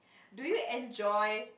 do you enjoy